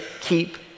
keep